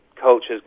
culture's